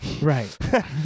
Right